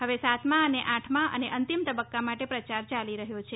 હવે સાતમા તેમજ આઠમા અને અંતિમ તબક્કા માટે પ્રચાર ચાલી રહ્યો છે